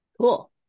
cool